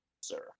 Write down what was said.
sir